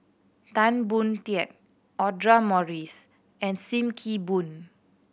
Tan Boon Teik Audra Morrice and Sim Kee Boon